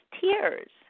tears